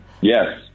Yes